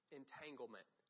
entanglement